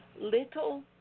little